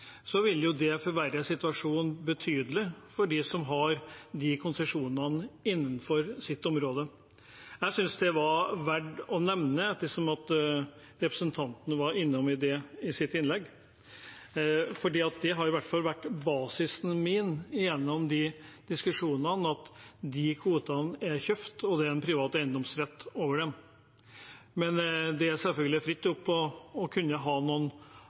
vil det forverre situasjonen betydelig for dem som har de konsesjonene innenfor sitt område. Jeg synes det var verdt å nevne det ettersom representanten var innom det i sitt innlegg. Det har i hvert fall vært basisen min gjennom diskusjonene at de kvotene er kjøpt, og at det er en privat eiendomsrett over dem. Men det er selvfølgelig fritt fram å kunne ha